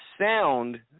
sound